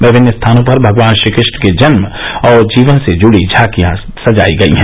विभिन्न स्थानों पर भगवान श्रीकृष्ण के जन्म और जीवन से जुड़ी झांकिया सजायी गयीं हैं